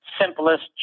simplest